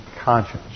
conscience